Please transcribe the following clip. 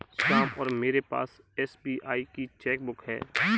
श्याम और मेरे पास एस.बी.आई की चैक बुक है